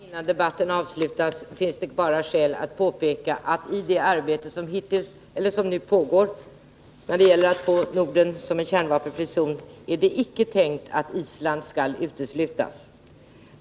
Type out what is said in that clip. Herr talman! Innan debatten avslutas finns det skäl att påpeka att i det arbete som nu pågår när det gäller att göra Norden till en kärnvapenfri zon är det icke tänkt att Island skall uteslutas.